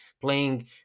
playing